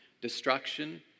destruction